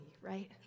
right